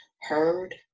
heard